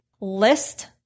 list